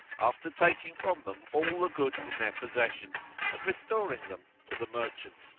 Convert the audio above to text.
after taking from them all the goods in their possession and restoring them to the merchant,